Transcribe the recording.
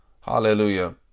Hallelujah